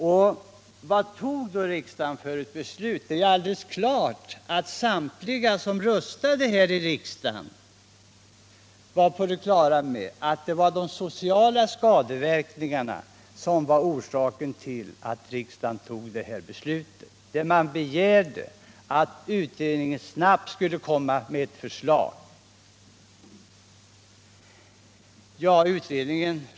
Och vad fattade då riksdagen för beslut? Samtliga som röstade här i riksdagen var självfallet på det klara med att det var de sociala skadeverkningarna som var orsaken till att riksdagen fattade sitt beslut, där det begärdes att utredningen snabbt skulle komma med förslag.